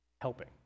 helping